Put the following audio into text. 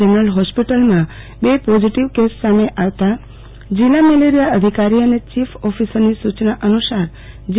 general હોસ્પિટલમાં બે positive case આવતા જિલ્લા મેલેરીયા અધિકારી અને ચીફ ઓફિસરની સુચના અનુસાર જી